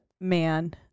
man